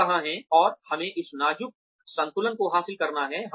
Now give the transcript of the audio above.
हम कहां हैं और हमें इस नाजुक संतुलन को हासिल करना है